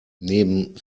neben